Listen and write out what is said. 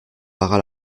barra